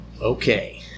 Okay